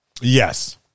Yes